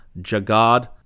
Jagad